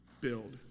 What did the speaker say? Build